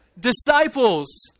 disciples